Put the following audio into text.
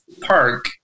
Park